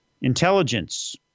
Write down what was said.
Intelligence